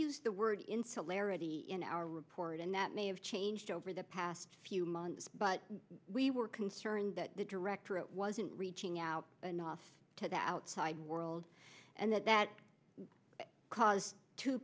used the word insularity in our report and that may have changed over the past few months but we were concerned that the directorate wasn't reaching out enough to the outside world and that that caused t